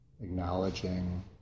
acknowledging